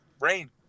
rain